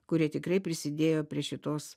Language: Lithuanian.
kurie tikrai prisidėjo prie šitos